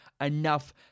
enough